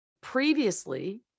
previously